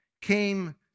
came